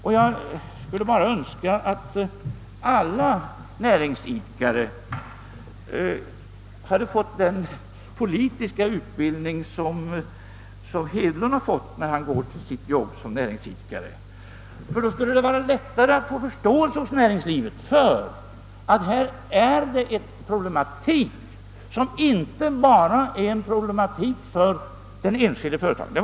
Och jag skulle bara önska att alla näringsidkare hade fått den politiska utbildning som herr Hedlund har, när han går till sitt jobb som näringsidkare, ty då skulle det vara lättare att få förståelse hos näringslivet för att här föreligger en problematik inte bara för den enskilde företagaren.